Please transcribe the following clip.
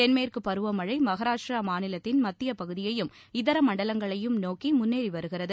தென்மேற்கு பருவமழை மகாராஷ்டிர மாநிலத்தின் மத்திய பகுதியையும் இதர மண்டலங்களையும் நோக்கி முன்னேறி வருகிறது